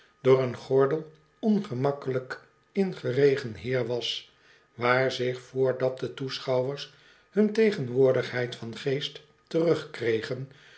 door een gordel ongemakkelijk ingeregen heer was waar zich vrdat de toehoorders hun tegenwoordigheid van geest terugkregen